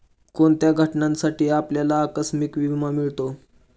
कोणत्या घटनांसाठी आपल्याला आकस्मिक विमा मिळतो?